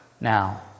Now